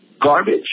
garbage